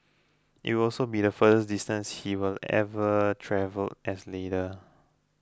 it would also be the furthest distance he will have ever travelled as leader